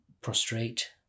prostrate